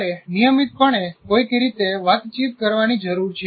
તમારે નિયમિતપણે કોઈક રીતે વાતચીત કરવાની જરૂર છે